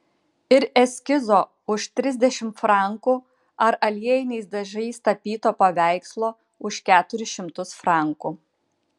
ir eskizo už trisdešimt frankų ar aliejiniais dažais tapyto paveikslo už keturis šimtus frankų